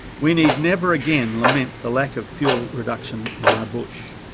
we need never again lament the lack of fuel reduction in our bush.